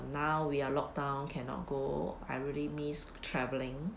now we are locked down cannot go I really miss travelling